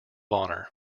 honor